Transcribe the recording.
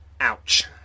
Ouch